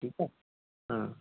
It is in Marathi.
ठीक आहे